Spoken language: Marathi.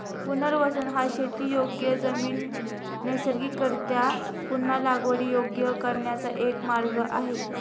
पुनर्वसन हा शेतीयोग्य जमीन नैसर्गिकरीत्या पुन्हा लागवडीयोग्य करण्याचा एक मार्ग आहे